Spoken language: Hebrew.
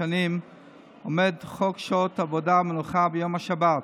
השנים עומד חוק שעות עבודה ומנוחה ביום השבת.